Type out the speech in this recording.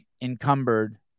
encumbered